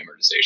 amortization